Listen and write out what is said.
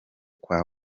kwa